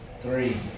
Three